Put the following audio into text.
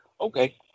Okay